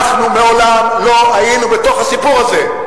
אנחנו מעולם לא היינו בתוך הסיפור הזה.